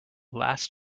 last